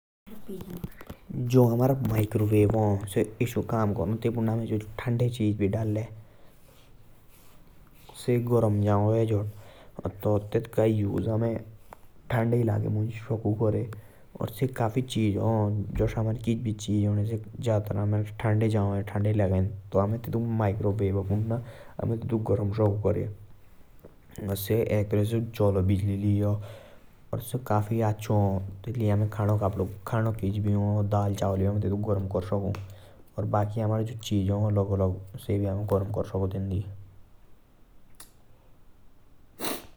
जो हमारे सरल सलाद हू। टेंडो आमें काफी चीजा उसे सकु करे। अदरक हा प्याज़ हा धनिया हा। हरी नमक भी डाल सकु।